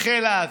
חיל האוויר.